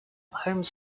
home